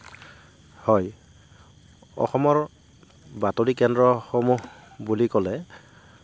হয় অসমৰ বাতৰি কেন্দ্ৰসমূহ বুলি ক'লে